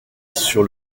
sur